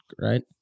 right